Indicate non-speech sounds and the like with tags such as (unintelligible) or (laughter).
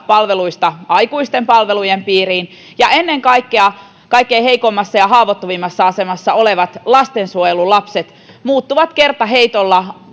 aikuisten palvelujen piiriin ja ennen kaikkea kaikkein heikoimmassa ja haavoittuvimmassa asemassa olevat lastensuojelulapset muuttuvat kertaheitolla (unintelligible)